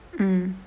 mm